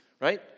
right